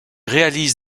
réalise